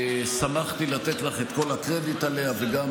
ששמחתי לתת לך את כל הקרדיט עליה וגם